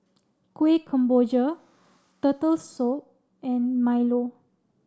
Kueh Kemboja Turtle Soup and Milo